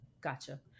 Gotcha